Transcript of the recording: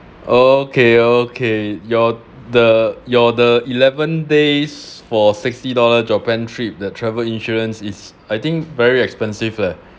okay okay your the your the eleven days for sixty dollar japan trip the travel insurance is I think very expensive leh